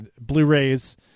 Blu-rays